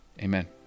amen